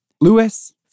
Lewis